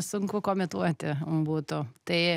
sunku komentuoti būtų tai